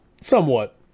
somewhat